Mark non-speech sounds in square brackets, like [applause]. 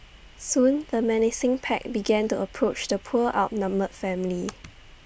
soon the menacing pack began to approach the poor outnumbered family [noise]